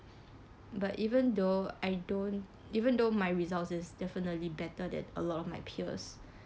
but even though I don't even though my result is definitely better than a lot of my peers